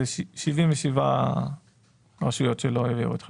זה 77 רשויות שלא העבירו את חלקן.